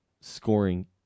scoring